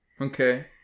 okay